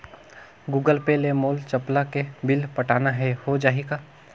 Google Pay ले मोल चपला के बिल पटाना हे, हो जाही का?